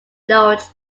lodge